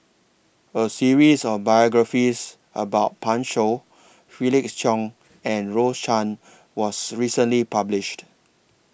A series of biographies about Pan Shou Felix Cheong and Rose Chan was recently published